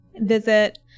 visit